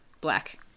black